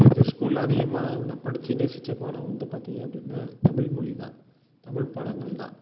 எனக்கு ஸ்கூலில் அதிகமாக நான் படித்து நேசித்த பாடம் வந்து பார்த்தீங்க அப்படின்னா தமிழ் மொழி தான் தமிழ் பாடங்கள் தான்